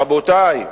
רבותי,